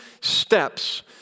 steps